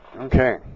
Okay